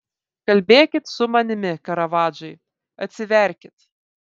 kalbėkit su manimi karavadžai atsiverkit